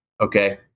Okay